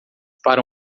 para